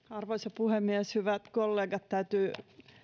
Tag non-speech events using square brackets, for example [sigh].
[unintelligible] arvoisa puhemies hyvät kollegat täytyy